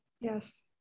Yes